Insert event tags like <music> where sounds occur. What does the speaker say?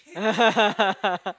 <laughs>